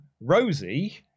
rosie